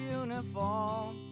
uniform